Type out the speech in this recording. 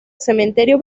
cementerio